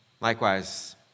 Likewise